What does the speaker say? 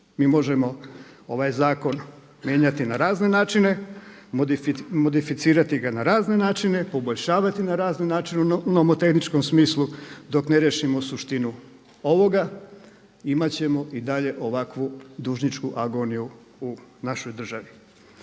Mi možemo ovaj zakon mijenjati na razne načine, modificirati ga na razne načine, poboljšavati na razne načine u nomotehničkom smislu. Dok ne riješimo suštinu ovoga imat ćemo i dalje ovakvu dužničku agoniju u našoj državi.